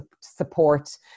support